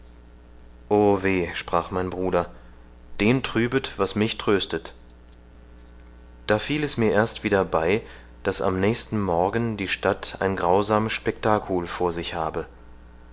sprach mein bruder den trübet was mich tröstet da fiel es mir erst wieder bei daß am nächsten morgen die stadt ein grausam spectacul vor sich habe